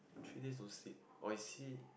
three days no sleep or is he